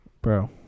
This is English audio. Bro